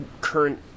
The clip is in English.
current